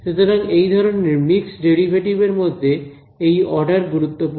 সুতরাং এই ধরনের মিক্সড ডেরিভেটিভ এর মধ্যে এই অর্ডার গুরুত্বপূর্ণ নয়